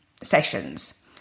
sessions